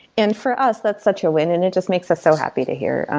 and for us, that's such a win and it just makes us so happy to hear.